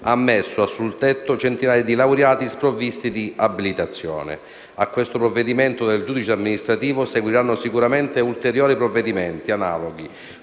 ha ammesso centinaia di laureati sprovvisti di abilitazione. A questo provvedimento del giudice amministrativo seguiranno sicuramente ulteriori provvedimenti analoghi,